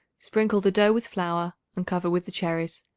sprinkle the dough with flour and cover with the cherries.